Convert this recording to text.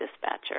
dispatcher